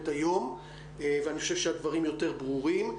היום ואני חושב שהדברים יותר ברורים.